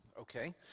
Okay